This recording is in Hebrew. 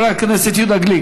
חבר הכנסת יהודה גליק,